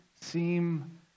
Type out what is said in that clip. seem